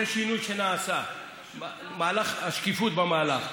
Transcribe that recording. זה שינוי שנעשה, השקיפות במהלך.